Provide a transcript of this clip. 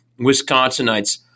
Wisconsinites